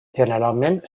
generalment